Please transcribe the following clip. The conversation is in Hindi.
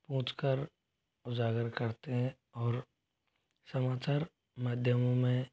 पूछ कर उजागर करते हैं और समाचार माध्यमों में